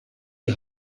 die